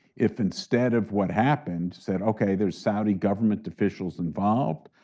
if instead of what happened said, okay, there's saudi government officials involved.